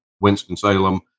Winston-Salem